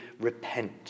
repent